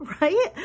right